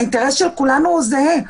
האינטרס של כולנו הוא זהה.